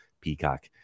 Peacock